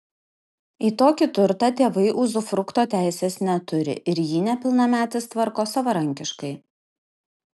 į tokį turtą tėvai uzufrukto teisės neturi ir jį nepilnametis tvarko savarankiškai